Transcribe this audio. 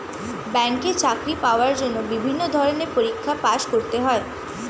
ব্যাংকে চাকরি পাওয়ার জন্য বিভিন্ন ধরনের পরীক্ষায় পাস করতে হয়